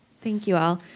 thank you all.